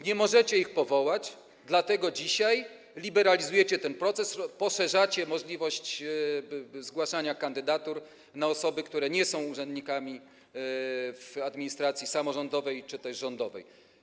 Nie możecie ich powołać, dlatego dzisiaj liberalizujecie ten proces, poszerzacie możliwość zgłaszania kandydatur o osoby, które nie są urzędnikami w administracji samorządowej czy też rządowej.